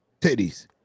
Titties